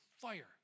fire